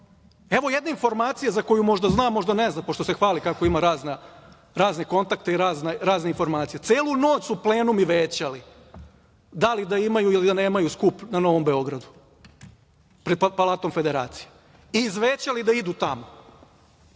jedne informacije za koju možda zna, možda ne zna, pošto se hvali kako ima razne kontakte i razne informacije. Celu noć su plenumi većali da li da imaju skup na Novom Beogradu pred Palatom Federacije i izvećali da idu tamo,